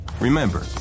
Remember